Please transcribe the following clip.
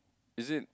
is it